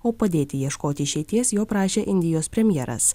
o padėti ieškoti išeities jo prašė indijos premjeras